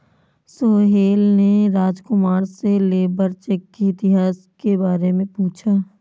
सोहेल ने राजकुमार से labour check के इतिहास के बारे में पूछा